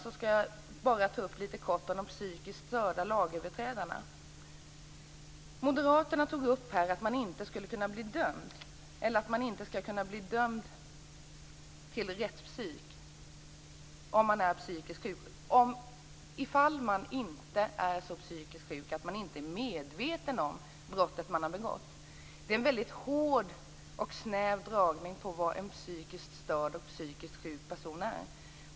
Jag skall helt kort ta upp något om de psykiskt störda lagöverträdarna. Moderaterna tog upp att man inte skulle kunna bli dömd till rättspsykiatrisk vård om man inte är så psykiskt sjuk att man inte är medveten om brottet man har begått. Det är en väldigt hård och snäv dragning av vad en psykiskt störd och psykiskt sjuk person är.